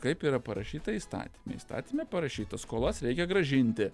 kaip yra parašyta įstatyme įstatyme parašyta skolas reikia grąžinti